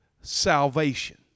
salvation